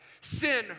Sin